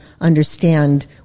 understand